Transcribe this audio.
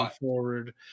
forward